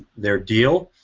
their deal.